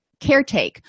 caretake